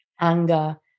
anger